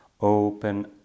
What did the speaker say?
open